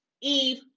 Eve